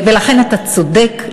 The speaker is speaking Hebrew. ולכן אתה צודק.